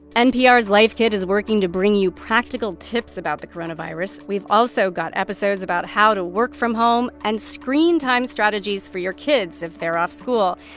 npr's life kit is working to bring you practical tips about the coronavirus. we've also got episodes about how to work from home and screen time strategies for your kids if they're off school.